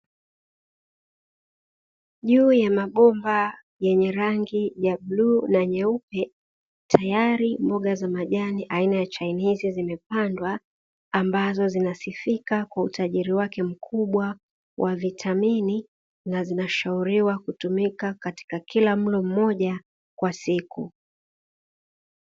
Juu ya mabomba yenye rangi ya bluu na nyeupe tayari mboga za majani aina ya chainizi, zimepandwa ambazo zinasifika kwa utajiri wake mkubwa wa vitamini, na zinashauriwa kutumika katika kila mlo mmoja kwa siku.